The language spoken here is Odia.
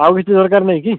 ଆଉ କିଛି ଦରକାର ନାହିଁ କି